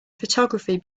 photography